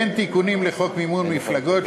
הן תיקונים לחוק מימון מפלגות,